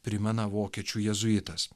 primena vokiečių jėzuitas